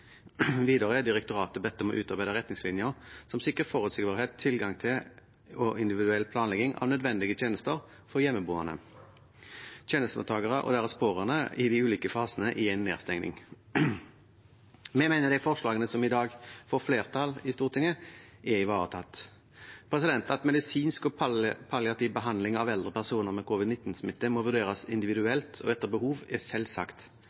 Videre er direktoratet bedt om å utarbeide retningslinjer som sikrer forutsigbarhet om, tilgang til og individuell planlegging av nødvendige tjenester for hjemmeboende, tjenestemottagere og deres pårørende i de ulike fasene i en nedstenging. Vi mener innholdet i de forslagene som i dag får flertall i Stortinget, er ivaretatt. At medisinsk og palliativ behandling av eldre personer med covid-19-smitte må vurderes individuelt og etter behov, er selvsagt.